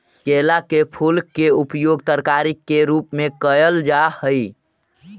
केला के फूल के उपयोग तरकारी के रूप में कयल जा हई